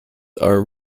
are